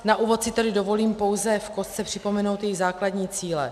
Na úvod si tedy dovolím pouze v kostce připomenout její základní cíle.